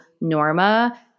Norma